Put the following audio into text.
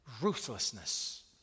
ruthlessness